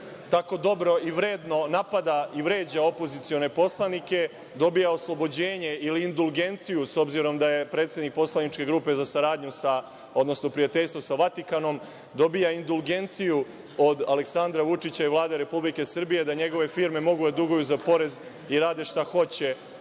tako dobro i vredno napada i vređa opozicione poslanike dobija oslobođenje ili indulgenciju, s obzirom daje predsednik poslaničke grupe za saradnju, odnosno prijateljstvo sa Vatikanom, dobija indulgenciju od Aleksandra Vučića i Vlade Republike Srbije da njegove firme mogu da duguju za porez i rade šta hoće